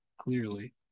clearly